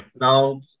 now